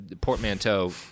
portmanteau